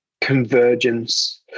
convergence